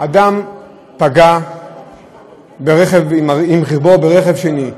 אדם פגע עם רכבו ברכב שני.